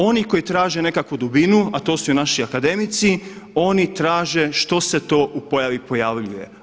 Oni koji traže nekakvu dubinu, a to su i naši akademici, oni traže što se to u pojavi pojavljuje.